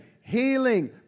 healing